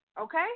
Okay